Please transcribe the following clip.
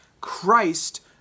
Christ